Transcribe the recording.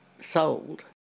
sold